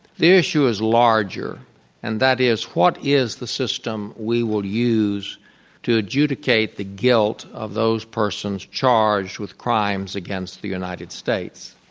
the issue is larger and that is, what is the system we will use to adjudicate the guilt of those persons charged with crimes against the united states.